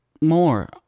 more